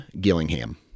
Gillingham